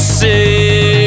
say